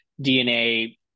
DNA